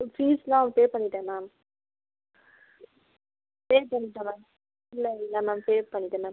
ma'am ஃபீஸ்லாம் pay பண்ணிவிட்டேன் ma'am pay பண்ணிவிட்டேன் மேம் இல்லை இல்லை மேம் பே பண்ணிவிட்டேன் மேம்